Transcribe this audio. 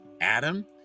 adam